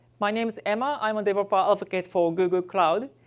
my name is emma. i'm a developer advocate for google cloud.